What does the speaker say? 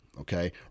okay